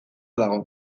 dago